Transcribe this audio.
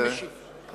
תודה רבה לך,